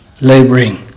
laboring